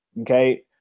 okay